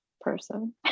person